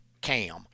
cam